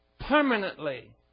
permanently